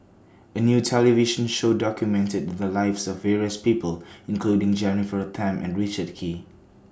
A New television Show documented The Lives of various People including Jennifer Tham and Richard Kee